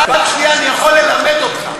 דבר שני, אני יכול ללמד אותך.